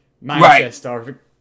Manchester